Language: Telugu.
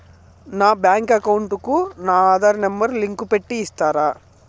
నా బ్యాంకు అకౌంట్ కు నా ఆధార్ నెంబర్ లింకు పెట్టి ఇస్తారా?